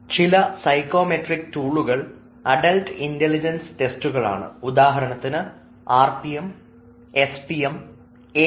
ചില സൈക്കോമെട്രിക് ടൂളുകൾ adult intelligence ടെസ്റ്റുകളാണ് ഉദാഹരണത്തിന് RPM SPM APM